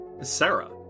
Sarah